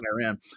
Iran